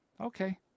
okay